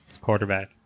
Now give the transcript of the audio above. Quarterback